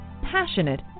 passionate